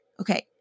okay